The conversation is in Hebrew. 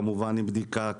כמובן עם בדיקה,